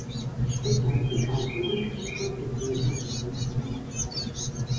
štai tau ir arklio dominyko ir briedžio eugenijaus svajonės